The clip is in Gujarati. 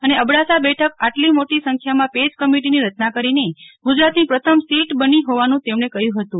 અન અબડાસા બેઠક આટલી મોટી સંખ્યામાં પેજ કમિટિની રચના કરીને ગુજરાતની પ્રથમ સીટ બની હોવાનું તેમણે કહય હતું